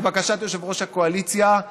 לבקשת יושב-ראש הקואליציה,